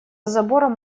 забором